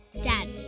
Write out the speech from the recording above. Dad